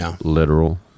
literal